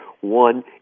One